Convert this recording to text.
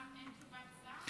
מה, אין תשובת שר?